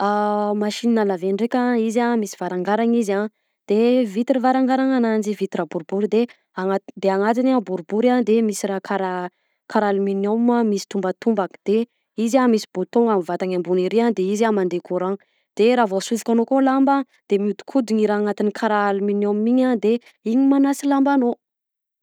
Machine à laver ndreka izy a misy varagarana izy a de vitre varagarana ananjy vitre boribory de ana- anatiny boribory a de misy raha karaha kara aluminium ao misy tombatombaka de izy a misy bouton-gna amy vatany ambony ery de izy a mandeha a courant de raha vao ansofikanao ko lamba de miodikodina io raha anatiny karaha aluminuim io a de iny manasa i lambanao.